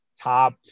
top –